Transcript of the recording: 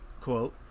quote